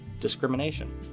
discrimination